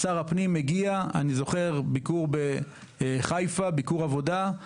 אני זוכר ביקור עבודה בחיפה,